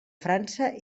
frança